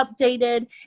updated